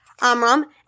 Amram